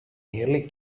nearly